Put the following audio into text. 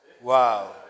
Wow